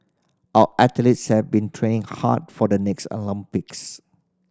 our athletes have been train hard for the next Olympics